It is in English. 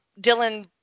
Dylan